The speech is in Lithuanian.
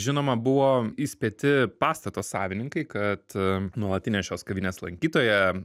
žinoma buvo įspėti pastato savininkai kad nuolatinė šios kavinės lankytoja